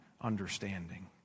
understanding